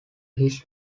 his